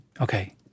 Okay